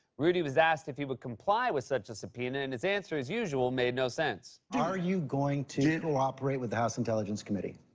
rudy was asked if he would comply with such a subpoena, and his answer, as usual, made no sense. are you going to cooperate with the house intelligence committee?